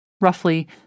roughly